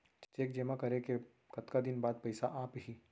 Cheque जेमा करे के कतका दिन बाद पइसा आप ही?